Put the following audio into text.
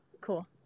cool